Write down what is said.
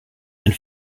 and